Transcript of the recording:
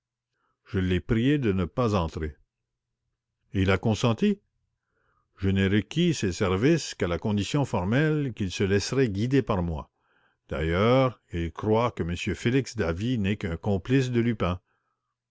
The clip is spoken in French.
je l'ai prié de ne pas entrer et il a consenti je n'ai requis ses services qu'à la condition formelle qu'il se laisserait guider par moi d'ailleurs il croit que m félix davey n'est qu'un complice de lupin